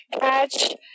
catch